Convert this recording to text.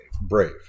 Brave